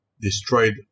destroyed